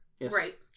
Right